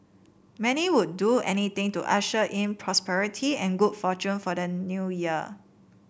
many would do anything to usher in prosperity and good fortune for the New Year